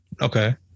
Okay